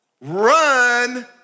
run